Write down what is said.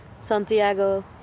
Santiago